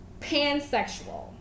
pansexual